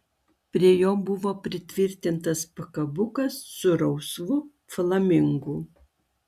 prie jo buvo pritvirtintas pakabukas su rausvu flamingu